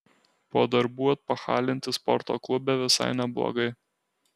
po darbų atpachalinti sporto klube visai neblogai